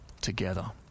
together